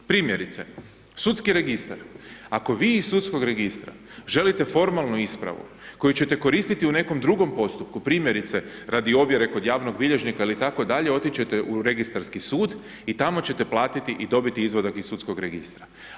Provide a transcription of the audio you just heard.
Primjerice, sudski registar, ako vi iz sudskog registra želite formalnu ispravu koju ćete koristiti u nekom drugom postupku, primjerice, radi ovjere kod javnog bilježnika ili tako dalje, otići ćete u registarski sud i tamo ćete platiti i dobiti izvadak iz sudskog registra.